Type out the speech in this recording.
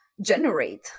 generate